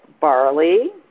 barley